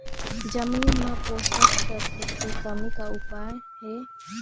जमीन म पोषकतत्व के कमी का उपाय हे?